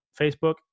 Facebook